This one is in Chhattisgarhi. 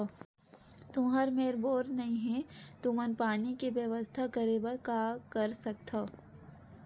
तुहर मेर बोर नइ हे तुमन पानी के बेवस्था करेबर का कर सकथव?